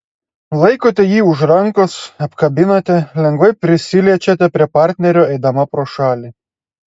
laikote jį už rankos apkabinate lengvai prisiliečiate prie partnerio eidama pro šalį